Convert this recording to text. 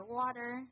water